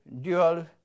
dual